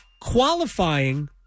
Qualifying